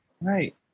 Right